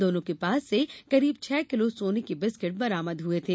दोनों के पास से करीब छह किलो सोने के बिस्किट बरामद हुए थे